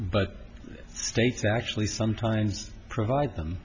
but states actually sometimes provide them